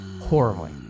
Horribly